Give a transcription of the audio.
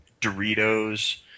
Doritos